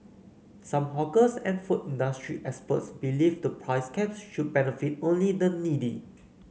some hawkers and food industry experts believe the price caps should benefit only the needy